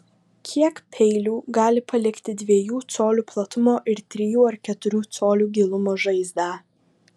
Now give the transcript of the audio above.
kiek peilių gali palikti dviejų colių platumo ir trijų ar keturių colių gilumo žaizdą